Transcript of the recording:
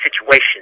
situation